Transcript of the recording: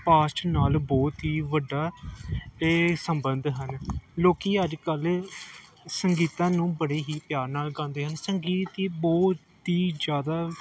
past ਨਾਲ ਬਹੁਤ ਹੀ ਵੱਡਾ ਇਹ ਸੰਬੰਧ ਹਨ ਲੋਕੀ ਅੱਜ ਕੱਲ ਸੰਗੀਤ ਨੂੰ ਬੜੇ ਹੀ ਪਿਆਰ ਨਾਲ ਗਾਉਂਦੇ ਹਨ ਸੰਗੀਤ ਹੀ ਬਹੁਤ ਹੀ ਜ਼ਿਆਦਾ